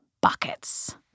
buckets